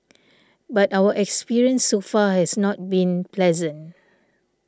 but our experience so far has not been pleasant